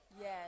Yes